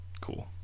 cool